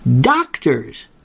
Doctors